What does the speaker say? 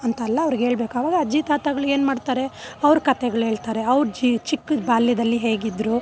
ಅಂತೆಲ್ಲ ಅವ್ರಿಗೇಳಬೇಕು ಆವಾಗ ಅಜ್ಜಿ ತಾತಗಳೇನು ಮಾಡ್ತಾರೆ ಅವರು ಕಥೆಗಳೇಳ್ತಾರೆ ಅವ್ರ ಜಿ ಚಿಕ್ಕದು ಬಾಲ್ಯದಲ್ಲಿ ಹೇಗಿದ್ರು